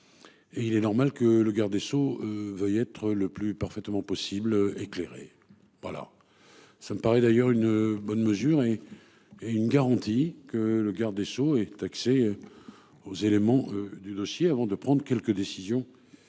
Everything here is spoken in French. Et il est normal que le garde des Sceaux veuille être le plus parfaitement possible éclairé par là. Ça me paraît d'ailleurs une bonne mesure et. Et une garantie que le garde des Sceaux est taxé. Aux éléments du dossier avant de prendre quelque décision.